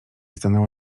stanęło